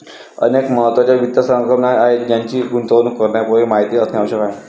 अनेक महत्त्वाच्या वित्त संकल्पना आहेत ज्यांची गुंतवणूक करण्यापूर्वी माहिती असणे आवश्यक आहे